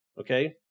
okay